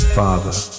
father